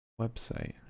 website